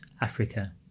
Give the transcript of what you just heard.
Africa